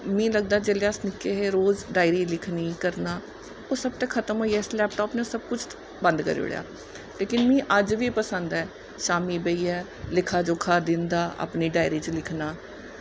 में लगदा जिसलै इस निक्के हे रोज डायरी लिखना करना ओह् सब ते खत्म होई गेआ इस लैपटॉप नै सब कुछ बंद करी ओड़ेआ ते मीं अज्ज बी पसंद ऐ शामीं बेहियै लेक्खा जोखा दिन दा अपनी डायरी च लिखना